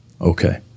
Okay